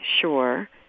sure